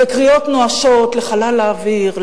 וקריאות נואשות לחלל האוויר,